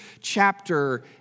chapter